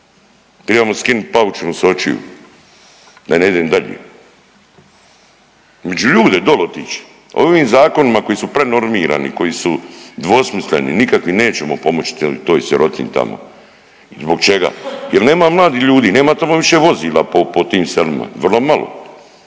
Tribamo skinuti paučinu s očiju. A ne idem dalje. Među ljude, dole otić. Ovim zakonima koji su prenormirani, koji su dvosmisleni, nikakvi, nećemo pomoći toj sirotiji tamo. Zbog čega? Jer nema mladih ljudi, nema tamo više vozila po tim selima, vrlo malo.